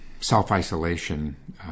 self-isolation